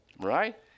Right